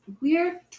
weird